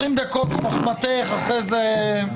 טוב,